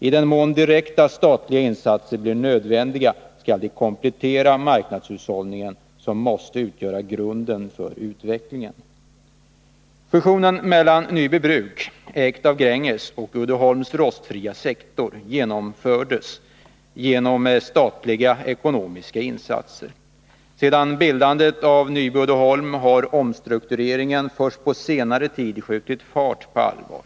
I den mån direkta statliga insatser blir nödvändiga skall de komplettera marknadshushållningen, som måste utgöra grunden för den ekonomiska utvecklingen. Fusionen mellan Nyby Bruk — ägt av Gränges —- och Uddeholms rostfria sektor genomfördes med hjälp av statliga ekonomiska insatser. Efter bildandet av Nyby Uddeholm har omstruktureringen först på senare tid skjutit fart på allvar.